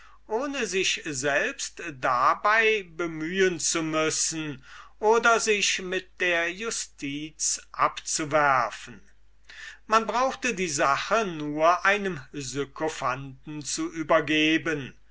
ohne sich selbst dabei bemühen zu müssen oder sich mit der justiz abzuwerfen man brauchte die sache nur einem sykophanten zu übergeben